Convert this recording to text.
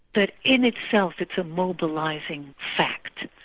that in itself it's a mobilising fact.